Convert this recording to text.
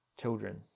children